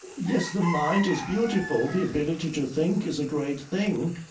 yes, the mind is beautiful, the ability to think is a great thing,